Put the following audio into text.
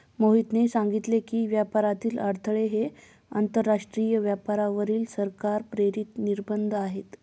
मोहितने सांगितले की, व्यापारातील अडथळे हे आंतरराष्ट्रीय व्यापारावरील सरकार प्रेरित निर्बंध आहेत